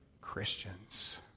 Christians